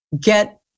get